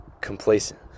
Complacent